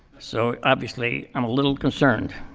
so obviously, i'm a little concerned.